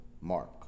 Mark